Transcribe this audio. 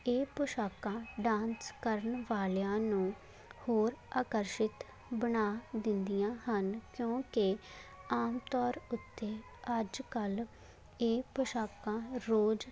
ਇਹ ਪੋਸ਼ਾਕਾਂ ਡਾਂਸ ਕਰਨ ਵਾਲਿਆਂ ਨੂੰ ਹੋਰ ਆਕਰਸ਼ਿਤ ਬਣਾ ਦਿੰਦੀਆਂ ਹਨ ਕਿਉਂਕਿ ਆਮ ਤੌਰ ਉੱਤੇ ਅੱਜ ਕੱਲ੍ਹ ਇਹ ਪੁਸ਼ਾਕਾਂ ਰੋਜ਼